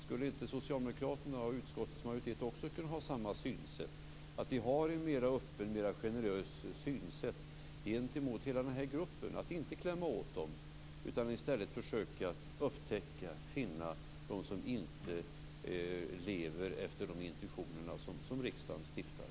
Skulle inte socialdemokraterna och utskottets majoritet också kunna ha samma synsätt, att vi har ett mer öppet och ett mer generöst synsätt gentemot hela den här gruppen och att inte klämma åt den, utan i stället försöka upptäcka dem som inte lever efter intentionerna i de lagar som riksdagen stiftar?